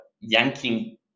yanking